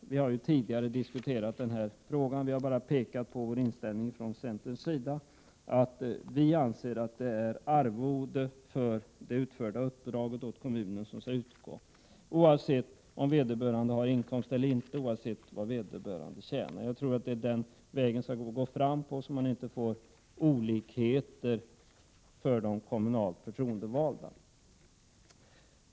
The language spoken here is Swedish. Detta har vi diskuterat tidigare, och vi har bara pekat på centerns inställning, att vi anser att det skall utgå arvode för utfört uppdrag åt kommunen oavsett om vederbörande har inkomst eller inte och oavsett vad vederbörande tjänar. Jag tror att det finns möjlighet att gå fram på den vägen så att det inte blir olikheter för de kommunalt förtroendevalda.